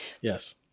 Yes